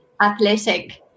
athletic